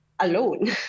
alone